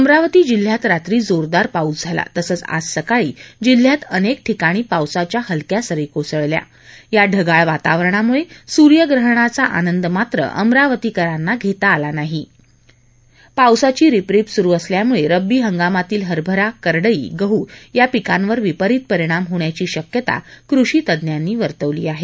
अमरावती जिल्हात रात्री जोरदार पाऊस झाला तसंच आज सकाळी जिल्हात अनेक ठिकाणी पावसाच्या हलक्या सरी कोसळल्या या ढगाळ वातावरणामुळे सुर्यग्रहणाचा आनंद मात्र अमरावतीकरांना घेता आला नाही पावसाची रिपंरिप सुरू असल्यामुळे रब्बी हंगामातील हरभरा करडई गहू या पिकांवर विपरीत परिणाम होण्याची शक्यता कृषी तज्ज्ञांनी वर्तवली आहे